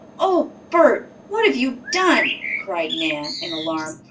oh, bert! what have you done? cried nan, in alarm.